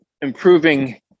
improving